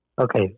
Okay